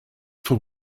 for